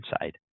side